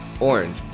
orange